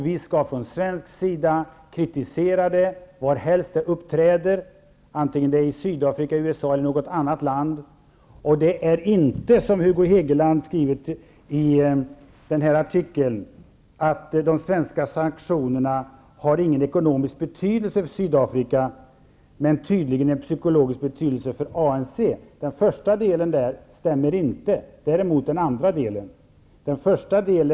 Vi skall från svensk sida kritisera det varhelst det uppträder, antingen det är i Sydafrika, USA eller i något annat land. Det är inte så, som Hugo Hegeland har skrivit i artikeln, att de svenska sanktionerna inte har någon ekonomisk betydelse för Sydafrika men tydligen en psykologisk betydelse för ANC. Den första delen stämmer inte, men den andra delen gör det.